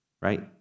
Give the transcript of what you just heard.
Right